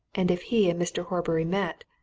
and if he and mr. horbury met,